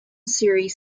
series